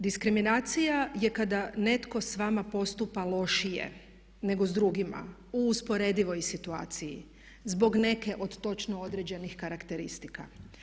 Diskriminacija je kada netko s vama postupa lošije nego s drugima u usporedivoj situaciji zbog neke od točno određenih karakteristika.